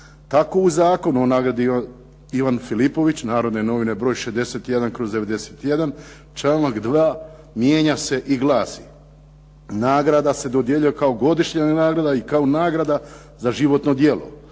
Tako u Zakonu o "Nagradi Ivan Filipović", "Narodne novine", br. 61/91., članak 2. mijenja se i glasi: Nagrada se dodjeljuje kao godišnja nagrada i kao nagrada za životno djelo.